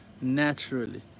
Naturally